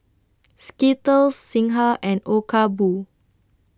Skittles Singha and Obaku